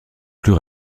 plus